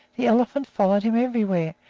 the elephant followed him everywhere,